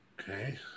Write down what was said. Okay